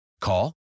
Call